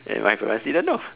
uh my my teacher no